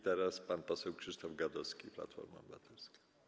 Teraz pan poseł Krzysztof Gadowski, Platforma Obywatelska.